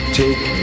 take